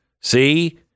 See